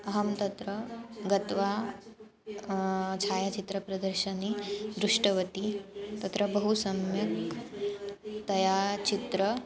अहं तत्र गत्वा छायाचित्रप्रदर्शनं दृष्टवती तत्र बहु सम्यक् तया चित्रं